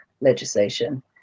legislation